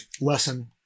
lesson